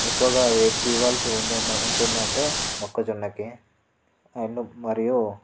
ఎక్కువగా ఏటికి ఇవ్వాల్సి ఉందుందు ఉంటుందంటే మొక్కజొన్నకి అండ్ మరియు